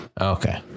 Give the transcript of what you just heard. okay